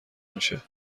میشه